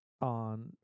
on